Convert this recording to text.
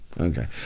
Okay